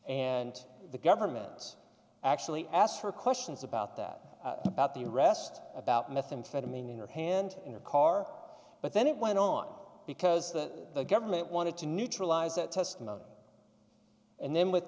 and the government's actually asked her questions about that about the rest about methamphetamine in her hand in her car but then it went on because the government wanted to neutralize that testimony and then with